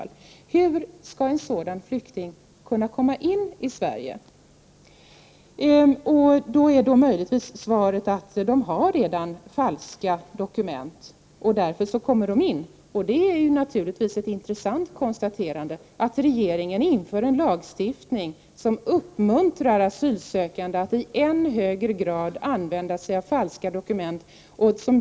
Men hur skall en sådan flykting komma in i Sverige? Svaret på den frågan är möjligen att dessa flyktingar redan har falska dokument, och det är därför som de kommer in i Sverige. Det är naturligtvis ett intressant konstaterande att regeringen inför en lagstiftning som uppmuntrar asylsökande att i än högre grad använda sig av falska dokument.